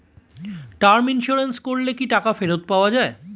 Term insurance করলে কি টাকা ফেরত পাওয়া যায়?